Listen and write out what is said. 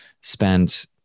spent